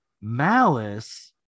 Malice